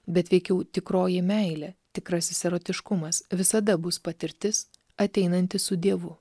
bet veikiau tikroji meilė tikrasis erotiškumas visada bus patirtis ateinanti su dievu